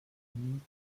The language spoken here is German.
nie